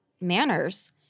manners